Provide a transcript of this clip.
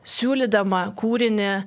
siūlydama kūrinį